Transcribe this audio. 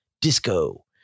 Disco